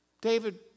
David